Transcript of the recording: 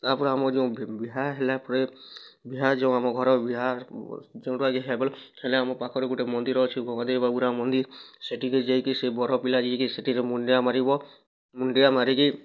ତା'ର୍ପରେ ଆମର୍ ଯୋଉ ବିହା ହେଲା ପରେ ବିହା ଯୋଉ ଆମ ଘର୍ ବିହା ଯୋଉଟା କି ହେଲେ ଆମ ପାଖରେ ଗୁଟେ ମନ୍ଦିର୍ ଅଛି ଭଗଦେବ ବାଗୁରା ମନ୍ଦିର୍ ସେଠିକି ଯାଇକି ସେ ବର ପିଲା ଯାଇକି ସେଠିରେ ମୁଣ୍ଡିଆ ମାରିବ ମୁଣ୍ଡିଆ ମାରିକି